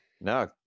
no